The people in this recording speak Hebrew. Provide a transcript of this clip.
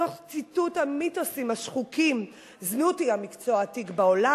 תוך ציטוט המיתוסים השחוקים: "זנות היא המקצוע העתיק בעולם"